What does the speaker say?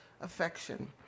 affection